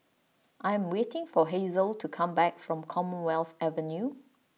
I am waiting for Hazelle to come back from Commonwealth Avenue